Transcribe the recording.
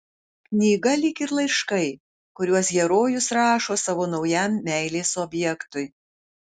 knyga lyg ir laiškai kuriuos herojus rašo savo naujam meilės objektui